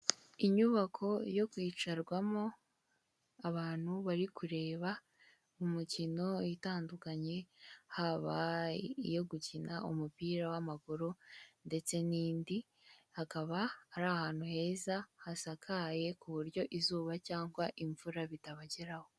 Inyubako yo kwicarwamo, abantu bari kureba imikino itandukanye, haba iyo gukina umupira w'amaguru ndetse n'indi, hakaba ari ahantu heza, hasakaye ku buryo izuba cyangwa imvura bitabageraho.